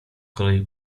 kolei